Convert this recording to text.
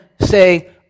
say